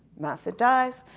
martha dies,